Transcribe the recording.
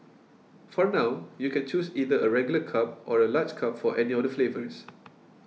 for now you can choose either a regular cup or a large cup for any of the flavours